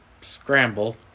scramble